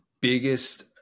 biggest